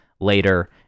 later